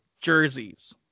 jerseys